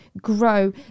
grow